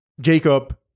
Jacob